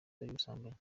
cy’ubusambanyi